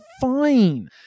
fine